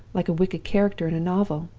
like a wicked character in a novel?